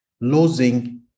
losing